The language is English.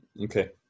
Okay